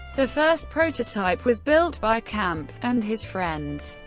the first prototype was built by camp, and his friends,